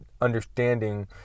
understanding